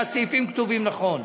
הסעיפים כתובים נכון.